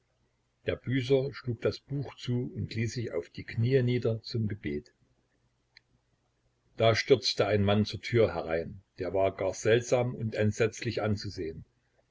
der büßer schlug das buch zu und ließ sich auf die kniee nieder zum gebet da stürzte ein mann zur tür herein der war gar seltsam und entsetzlich anzusehn